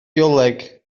bioleg